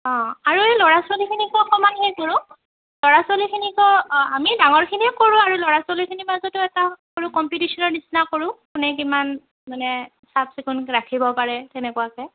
অঁ আৰু এই ল'ৰা ছোৱালীখিনিকো অকণমান সেই কৰোঁ ল'ৰা ছোৱালীখিনিকো আমি ডাঙৰখিনিয়ে কৰোঁ আৰু ল'ৰা ছোৱালীখিনিৰ মাজতো এটা সৰু কম্পিটিশ্যনৰ নিচিনা কৰোঁ কোনে কিমান মানে চাফ চিকুণ ৰাখিব পাৰে তেনেকুৱাকৈ